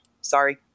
sorry